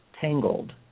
tangled